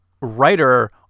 writer